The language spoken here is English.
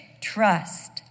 trust